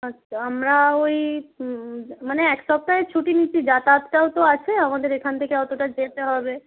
আচ্ছা আমরা ওই মানে এক সপ্তাহের ছুটি নিচ্ছি যাতায়াতটাও তো আছে আমাদের এখান থেকে অতটা যেতে হবে